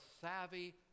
savvy